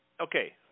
okay